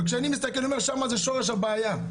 וכשאני מסתכל אני אומר שם זה שורש הבעיה.